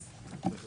מי נגד?